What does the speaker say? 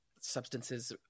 substances